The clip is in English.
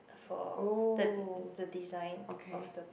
for the the design of the